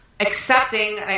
accepting